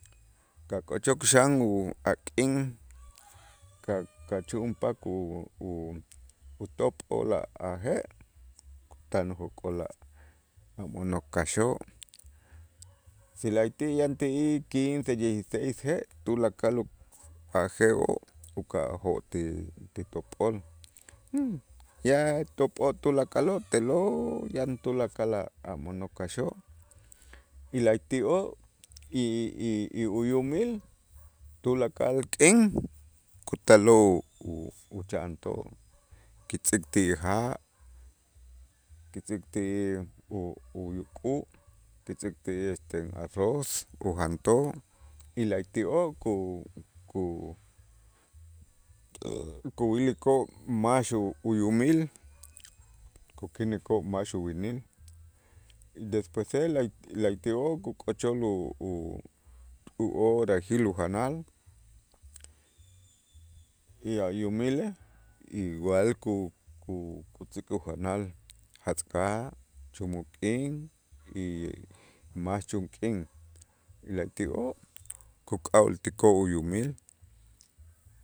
Kak'ochok xan u a' k'in ka- kachu'unpakoo' u- utop'ol a' a' je' tan ujok'ol a- ajmo'nok kaxoo', si la'ayti' yanti'ij quince dieciseis je' tulakal a' je'oo' uka'ajoo' ti ti top'ol, ya top'oo' tulakaloo', te'lo' yan tulakal a' a' mo'nok kaxoo' y la'ayti'oo' y y y uyumil tulakal k'in kutaloo' u- ucha'antoo' kitz'ik ti ja', kitz'ik ti u- uyuk'u', kitz'ik ti este arroz, ujantoo' y la'ati'oo' ku- ku kuwilikoo' max uyumil kukinikoo' max uwinil, despuese la'ayti'oo' kuk'ochol u- u- uhorajil ujanal y a' yumilej igual ku- ku- kutz'ik ujanal jatz'ka', chumuk k'in y max chun k'in, y la'ayti'oo' kuk'a'ooltikoo' uyumil.